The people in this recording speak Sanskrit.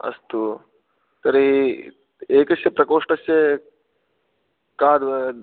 अस्तु तर्हि एकस्य प्रकोष्ठस्य का द्व